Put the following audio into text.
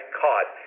caught